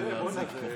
נאום ארוך.